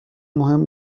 مهم